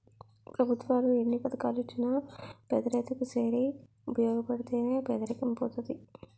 పెభుత్వాలు ఎన్ని పథకాలెట్టినా పేదరైతు కి సేరి ఉపయోగపడితే నే పేదరికం పోతది